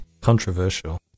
Controversial